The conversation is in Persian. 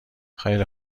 خیلی